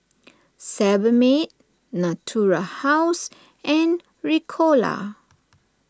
Sebamed Natura House and Ricola